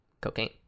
cocaine